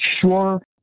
sure